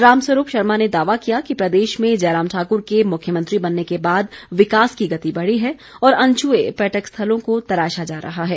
राम स्वरूप शर्मा ने दावा किया कि प्रदेश में जयराम ठाकुर के मुख्यमंत्री बनने के बाद विकास की गति बढ़ी है और अनछुए पर्यटक स्थलों को तराशा जा रहा है